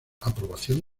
aprobación